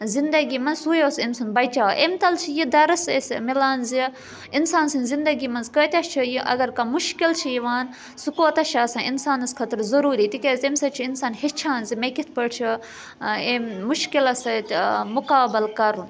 زِندگی منٛز سُے اوس أمۍ سُنٛد بَچاو ایٚمہِ تَل چھُ یہِ دَرس أسۍ مِلان زِ اِنسان سٕنٛدِ زِندگی منٛز کٔتیٛاہ چھُ یہِ اگر کانٛہہ مُشکِل چھُ یِوان سُہ کوتاہ چھُ آسان اِنسانَس خٲطرٕ ضٔروٗری تِکیٛازِ تمہِ سۭتۍ چھُ اِنسان ہیٚچھان زِ مےٚ کِتھ پٲٹھۍ چھُ أمۍ مُشکِلَس سۭتۍ مُقابل کَرُن